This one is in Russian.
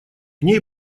ней